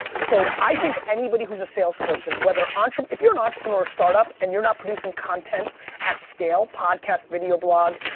so i think anybody who's a salesperson whether entre, if you're an entrepreneur or startup and you're not producing content at scale, podcast, video blog,